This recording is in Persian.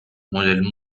مدل